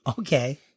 Okay